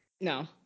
No